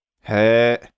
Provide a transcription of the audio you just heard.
Hey